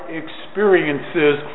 experiences